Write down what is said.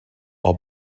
are